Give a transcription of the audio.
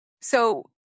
So-